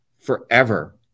forever